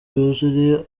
yuzure